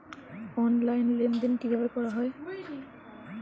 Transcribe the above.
Online লেনদেন কিভাবে করা হয়?